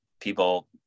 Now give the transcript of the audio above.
people